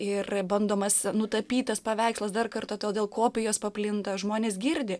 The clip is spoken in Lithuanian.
ir bandomas nutapytas paveikslas dar kartą todėl kopijos paplinta žmonės girdi